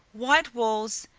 white walls,